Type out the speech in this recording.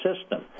system